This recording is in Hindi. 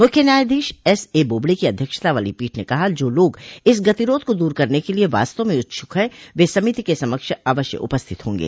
मुख्य न्यायाधीश एस ए बोबड़े की अध्यक्षता वाली पीठ ने कहा कि जो लोग इस गतिरोध को दूर करने के लिए वास्तव में इच्छूक हैं वे समिति के समक्ष अवश्य उपस्थित होंगे